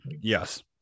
Yes